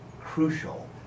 crucial